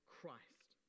Christ